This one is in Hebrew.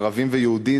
ערבים ויהודים,